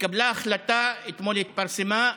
התקבלה החלטה, ואתמול התפרסמה,